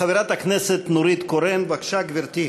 חברת הכנסת נורית קורן, בבקשה, גברתי.